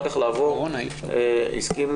ניסינו